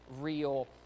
real